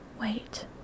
wait